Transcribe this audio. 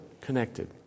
connected